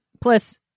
Plus